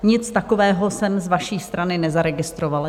Nic takového jsem z vaší strany nezaregistrovala.